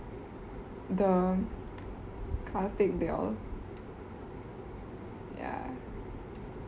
the karthik they all ya